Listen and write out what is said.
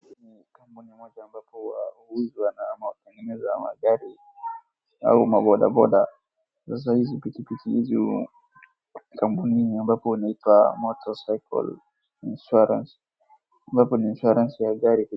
Hii ni kampuni moja ambapo huwa huuzwa na ama watengeneza magari au mabodaboda. Na saa hizi pikipiki hizi huwa kampuni hii ambapo inaitwa motorcycle insurance , ambapo ni insurance ya gari.